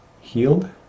healed